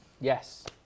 Yes